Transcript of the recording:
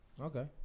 Okay